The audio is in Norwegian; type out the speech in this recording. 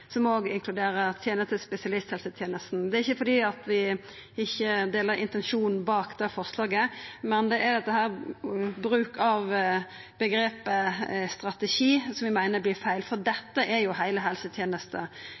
som òg inkluderer tenesta spesialisthelsetenesta. Det er ikkje fordi vi ikkje deler intensjonen bak forslaget, men det er bruken av omgrepet «strategi» vi meiner er feil. For